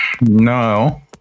no